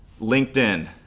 LinkedIn